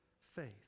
faith